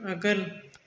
आगोल